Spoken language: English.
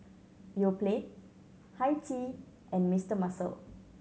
Yoplait Hi Tea and Mister Muscle